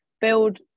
build